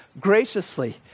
graciously